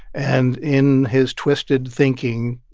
and in his twisted thinking,